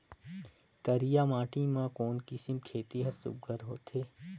करिया माटी मा कोन किसम खेती हर सुघ्घर होथे?